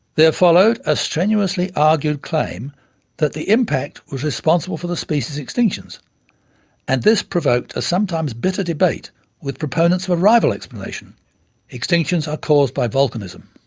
there followed a strenuously argued claim that the impact was responsible for the species extinctions and this provoked a sometimes bitter debate with proponents of a rival explanation extinctions are caused by volcanism.